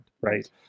Right